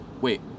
Wait